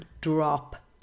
drop